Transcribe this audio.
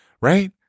right